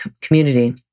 community